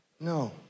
No